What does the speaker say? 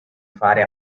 fare